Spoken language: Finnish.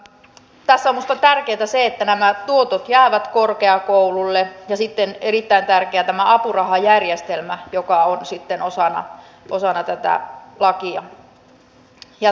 tässä on minusta tärkeää se että nämä tuotot jäävät korkeakoululle ja sitten erittäin tärkeä on tämä apurahajärjestelmä joka on osana tätä lakia